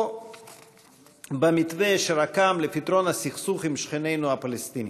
או במתווה שרקם לפתרון הסכסוך עם שכנינו הפלסטינים.